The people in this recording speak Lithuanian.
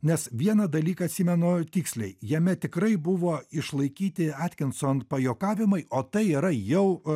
nes vieną dalyką atsimenu tiksliai jame tikrai buvo išlaikyti atkinson pajuokavimai o tai yra jau